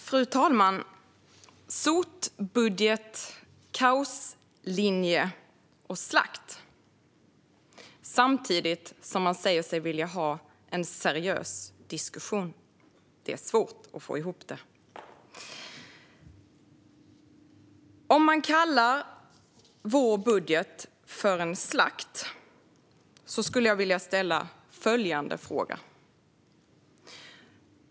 Fru talman! Man använder ord som sotbudget, kaoslinje och slakt samtidigt som man säger sig vilja ha en seriös diskussion. Det är svårt att få ihop det. Man kallar vår budget för en slakt. Därför vill jag ställa en fråga.